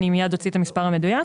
אני מיד אוציא את המספר המדויק.